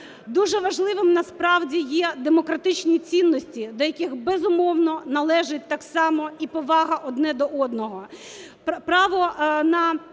Дуже важливим насправді є демократичні цінності, до яких, безумовно, належить так само і повага одне до одного.